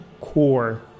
core